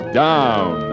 down